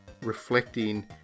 reflecting